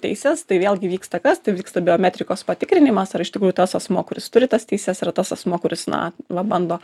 teises tai vėlgi vyksta kas tai vyksta biometrikos patikrinimas ar iš tikrųjų tas asmuo kuris turi tas teises yra tas asmuo kuris na va bando